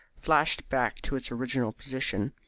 flashed back to its original position.